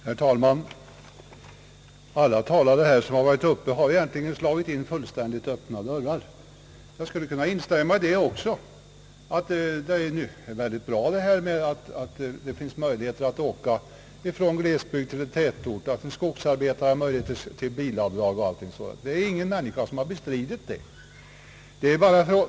Herr talman! Alla talare som varit uppe har slagit in öppna dörrar. Jag kan instämma också däri att det är bra att det finns möjlighet att åka från glesbygd till tätort. Och t.ex. för en skogsarbetare borde det finnas bättre möjligheter till bilavdrag. Ingen har ju bestridit detta.